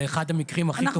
זה אחד המקרים הכי טובים.